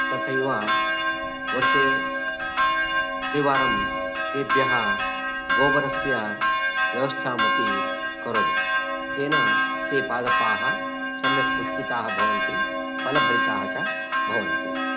तथैव वर्षे त्रिवारं तेभ्यः गोबरस्य व्यवस्थामपि करोमि तेन ते पादपाः सम्यक् पुष्पिताः भवन्ति फलभरिताः च भवन्ति